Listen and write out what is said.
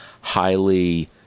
highly